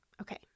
Okay